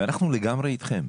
אנחנו לגמרי איתכם.